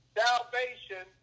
salvation